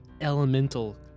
elemental